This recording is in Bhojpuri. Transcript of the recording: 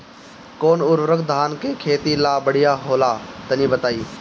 कौन उर्वरक धान के खेती ला बढ़िया होला तनी बताई?